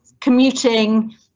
commuting